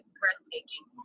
breathtaking